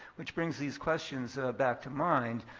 which brings these questions back to mind.